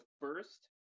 first